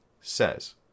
says